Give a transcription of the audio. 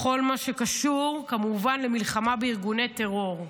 בכל מה שקשור, כמובן, למלחמה בארגוני טרור.